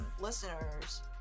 listeners